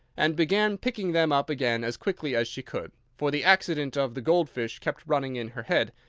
and began picking them up again as quickly as she could, for the accident of the gold-fish kept running in her head,